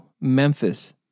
Memphis